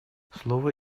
слово